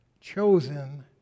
chosen